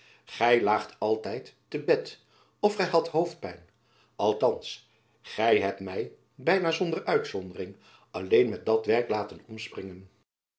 gy laagt altijd te bed of gy hadt hoofdpijn althands gy hebt my byna zonder uitzondering alleen met dat werk laten omspringen